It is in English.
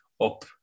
up